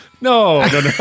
no